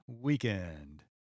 weekend